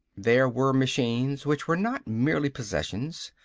there were machines which were not merely possessions.